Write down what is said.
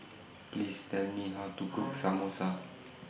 Please Tell Me How to Cook Samosa